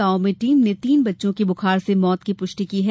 गांव में टीम ने तीन बच्चों की बुखार से मौत होने की पुष्टि की है